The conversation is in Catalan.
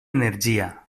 energia